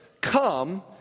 come